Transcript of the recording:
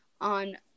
on